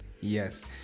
Yes